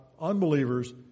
unbelievers